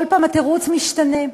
כל פעם התירוץ משתנה.